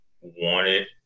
wanted